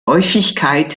häufigkeit